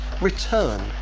return